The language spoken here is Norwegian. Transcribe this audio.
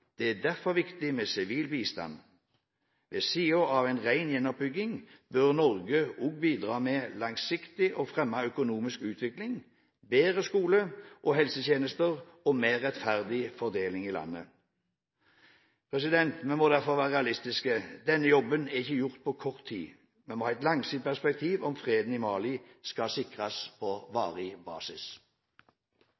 Det er derfor viktig med sivil bistand. Ved siden av ren gjenoppbygging bør Norge også bidra mer langsiktig til å fremme økonomisk utvikling, bedre skole- og helsetjenester og en mer rettferdig fordeling i landet. Vi må derfor være realistiske. Denne jobben er ikke gjort på kort tid. Vi må ha et langsiktig perspektiv om freden i Mali skal sikres på